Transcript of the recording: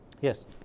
Yes